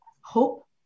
hope